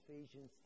Ephesians